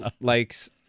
likes